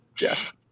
Yes